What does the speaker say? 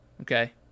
Okay